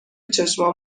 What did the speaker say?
چشمام